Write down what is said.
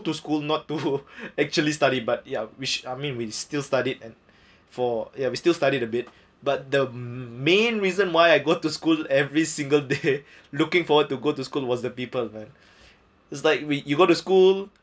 to school not to actually study but ya which I mean we'd still studied and for ya we still studied a bit but the main reason why I go to school every single day looking forward to go to school was the people right is like when you go to school